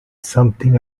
something